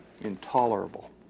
intolerable